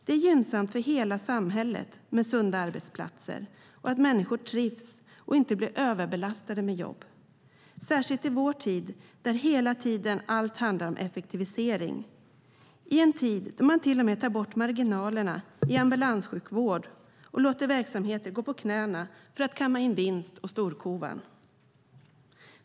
Det är gynnsamt för hela samhället med sunda arbetsplatser och att människor trivs och inte blir överbelastade med jobb. Det gäller särskilt i vår tid där allt handlar om effektivisering. Det är en tid där man till och med tar bort marginalerna i ambulanssjukvård och låter verksamhet gå på knäna för att kamma in vinst och storkovan.